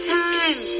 time